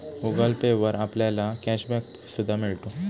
Google Pay वर आपल्याला cash back सुद्धा मिळतो